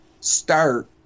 start